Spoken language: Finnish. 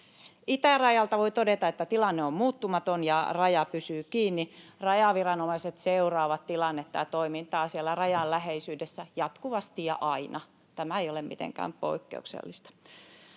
Itärajalta voi todeta, että tilanne on muuttumaton ja raja pysyy kiinni. Rajaviranomaiset seuraavat tilannetta ja toimintaa siellä rajan läheisyydessä jatkuvasti ja aina — tämä ei ole mitenkään poikkeuksellista.